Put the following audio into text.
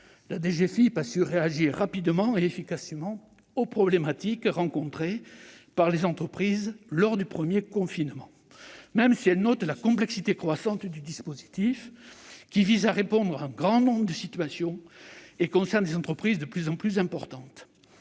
la DGFiP a su réagir rapidement et efficacement aux problématiques rencontrées par les entreprises lors du premier confinement, même si elle note la complexité croissante du dispositif, qui vise à répondre à un grand nombre de situations et concerne des entreprises de plus en plus importantes.